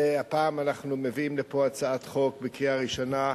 הפעם אנחנו מביאים לפה הצעת חוק לקריאה ראשונה,